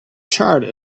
charred